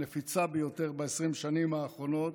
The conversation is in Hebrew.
הנפיצה ביותר בעשרים השנים האחרונות,